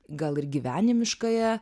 gal ir gyvenimiškąja